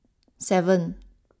seven